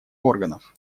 органов